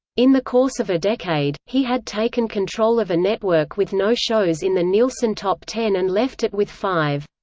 in the course of a decade, he had taken control of a network with no shows in the nielsen top ten and left it with five.